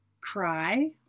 cry